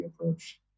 approach